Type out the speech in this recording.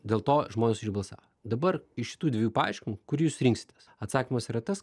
dėl to žmonės už jį balsa dabar iš šitų dviejų paaiškinimų kurį jūs rinksitės atsakymas yra tas